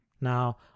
Now